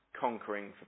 Conquering